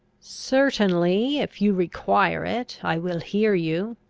certainly, if you require it, i will hear you.